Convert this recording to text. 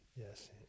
Yes